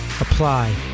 apply